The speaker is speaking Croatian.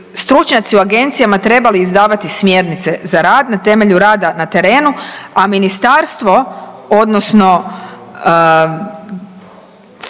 stručnjaci u agencijama trebali izdavati smjernice za rad na temelju rada na terenu, a Ministarstvo odnosno